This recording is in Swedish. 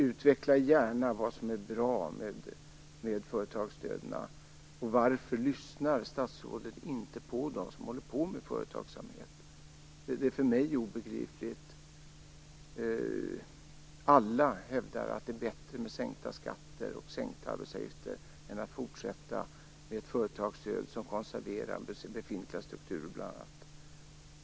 Utveckla gärna vad som är bra med företagsstöd! Varför lyssnar inte statsrådet på dem som sysslar med företagsamhet? Det är för mig obegripligt. Alla hävdar att det är bättre med sänkta skatter och sänkta arbetsgivaravgifter än att man fortsätter med ett företagsstöd som konserverar befintliga strukturer.